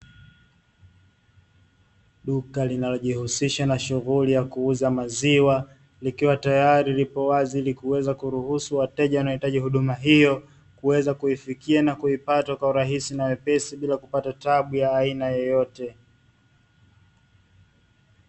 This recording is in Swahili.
Duka linajihusisha na shughuli ya kuuza maziwa likiwa tayari lipo wazi ili kuweza kuruhusu wateja wanaohitaji huduma hiyo kuweza kuifikia na kuipata kwa urahisi na wepesi bila kupata taabu ya aina yoyote.